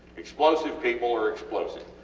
explosive people are explosive,